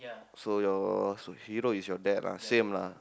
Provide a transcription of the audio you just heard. so your your hero is your dad lah same lah